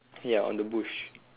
ya on the bush